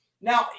Now